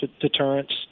deterrence